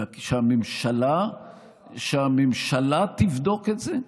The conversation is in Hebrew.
שהממשלה תבדוק את זה?